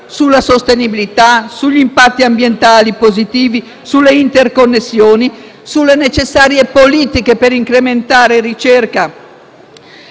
sulla sostenibilità, sugli impatti ambientali positivi, sulle interconnessioni, sulle necessarie politiche per incrementare ricerca